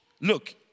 Look